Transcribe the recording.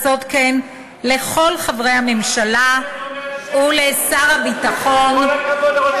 לכל חברי הממשלה ולשר הביטחון על כוונתו לעשות כן.